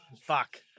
Fuck